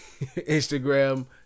Instagram